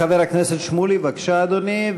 חבר הכנסת שמולי, בבקשה, אדוני.